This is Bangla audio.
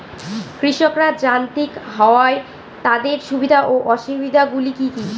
কৃষকরা যান্ত্রিক হওয়ার তাদের সুবিধা ও অসুবিধা গুলি কি কি?